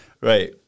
Right